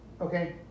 Okay